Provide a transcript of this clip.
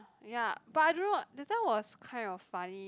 ya but I don't know that time was kind of funny